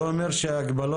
זה אומר שההגבלות